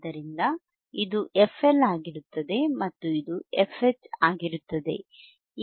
ಆದ್ದರಿಂದ ಇದು fL ಆಗಿರುತ್ತದೆ ಮತ್ತು ಇದು fH ಆಗಿರುತ್ತದೆ